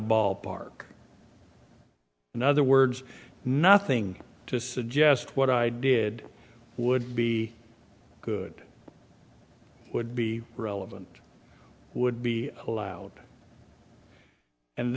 ballpark in other words nothing to suggest what i did would be good it would be relevant would be allowed and